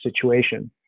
situation